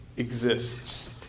Exists